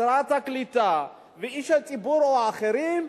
משרת הקליטה ואנשי ציבור אחרים,